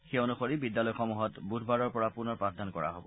সেই অনুসৰি বিদ্যালয়সমূহত বুধবাৰৰ পৰা পুনৰ পাঠদান কৰা হব